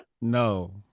No